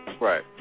Right